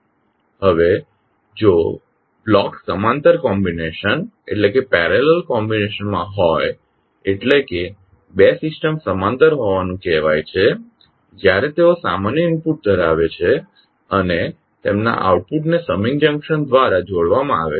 હવે જો બ્લોક્સ સમાંતર કોમ્બીનેશન્સ માં હોય એટલે કે બે સિસ્ટમ સમાંતર હોવાનું કહેવાય છે જ્યારે તેઓ સામાન્ય ઇનપુટ ધરાવે છે અને તેમના આઉટપુટને સમિંગ જંકશન દ્વારા જોડવામાં આવે છે